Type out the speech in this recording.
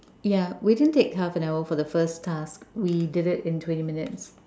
yeah we didn't take half an hour for the first task we did it in twenty minutes